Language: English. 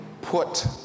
put